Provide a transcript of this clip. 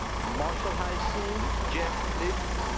marshall high school. jeff lips,